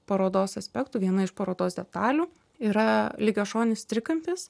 parodos aspektų viena iš parodos detalių yra lygiašonis trikampis